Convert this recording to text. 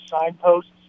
signposts